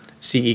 CE